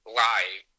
live